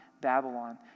Babylon